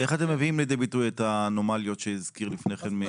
איך אתם מביאים לידי ביטוי את האנומליות שהזכירו לפני כן?